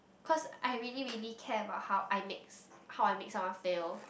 because I really really care about how I how I make someone feel